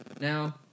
Now